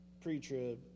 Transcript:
pre-trib